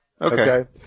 Okay